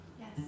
Yes